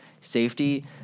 safety